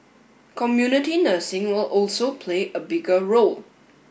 community nursing will also play a bigger role